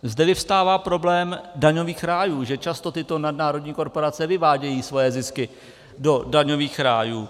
Zde vyvstává problém daňových rájů, že často tyto nadnárodní korporace vyvádějí svoje zisky do daňových rájů.